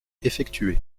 effectuées